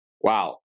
Wow